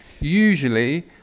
usually